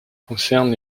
concerne